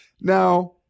Now